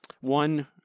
one